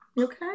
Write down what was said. Okay